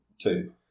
Two